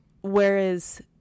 whereas